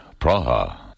Praha